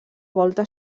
volta